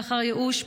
לאחר ייאוש,